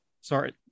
sorry